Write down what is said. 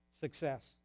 Success